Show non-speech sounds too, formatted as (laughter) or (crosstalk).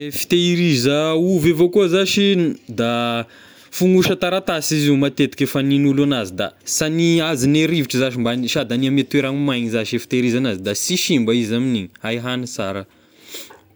I fitehiriza ovy avao koa zashy n- da fognosa taratasy izy io matetika fagnihin'olo anazy, da sy hania azon'ny rivotra zashy mba sady hania ame toerana maina zashy io fitehiriza azy, da sy simba izy amin'igny hay hanigna sara. (noise)